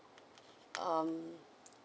um